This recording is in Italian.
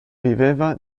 viveva